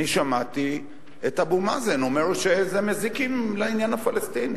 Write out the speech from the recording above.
שמעתי את אבו מאזן, שמזיקים לעניין הפלסטיני.